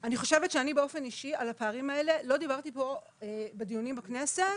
אני חושבת שאני באופן אישי על הפערים האלה לא דיברתי פה בדיונים בכנסת,